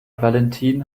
valentin